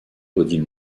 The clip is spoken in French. odile